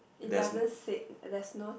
it doesn't say there is not